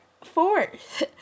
Fourth